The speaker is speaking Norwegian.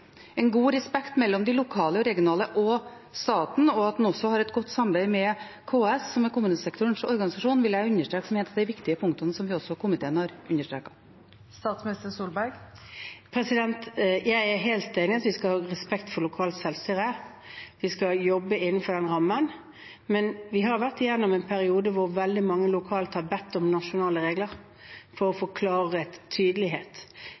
en har stor respekt mellom de lokale og regionale myndigheter og staten, og at en også har et godt samarbeid med KS, som er kommunesektorens organisasjon, vil jeg understreke som et av de viktige punktene, noe også resten av komiteen har gjort. Jeg er helt enig i at vi skal ha respekt for lokalt selvstyre, og vi skal jobbe innenfor den rammen, men vi har vært igjennom en periode hvor veldig mange lokalt har bedt om nasjonale regler for å få klarhet og tydelighet.